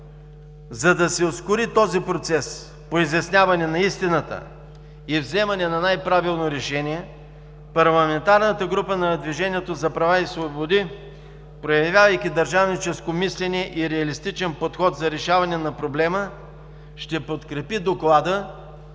За да се ускори този процес по изясняване на истината и вземане на най-правилно решение, парламентарната група на „Движението за права и свободи“, проявявайки държавническо мислене и реалистичен подход за решаване на проблема, ще подкрепи Доклада